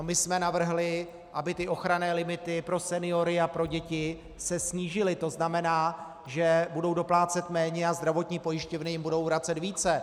My jsme navrhli, aby se ochranné limity pro seniory a pro děti snížily, to znamená, že budou doplácet méně a zdravotní pojišťovny jim budou vracet více.